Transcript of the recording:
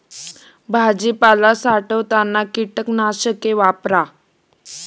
भाजीपाला साठवताना कीटकनाशके वापरा